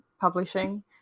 publishing